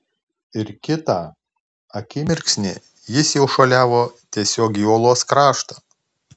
ir kitą akimirksnį jis jau šuoliavo tiesiog į uolos kraštą